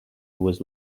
was